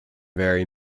very